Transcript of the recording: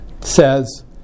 says